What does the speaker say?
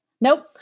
Nope